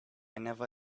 never